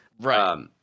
Right